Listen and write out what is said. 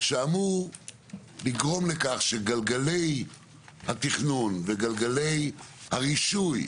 שאמור לגרום לכך שגלגלי התכנון וגלגלי הרישוי,